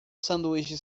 sanduíche